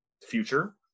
future